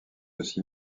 aussi